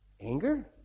anger